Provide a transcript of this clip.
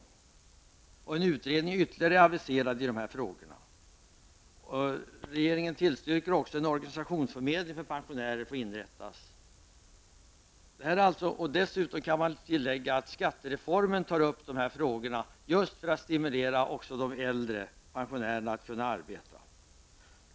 Och ytterligare en utredning är aviserad när det gäller dessa frågor. Regeringen tillstyrker också att en organisationsförmedling för pensionärer får inrättas. Dessutom kan jag tillägga att dessa frågor tas upp i skattereformen just för att även de äldre pensionärerna skall stimuleras att arbeta.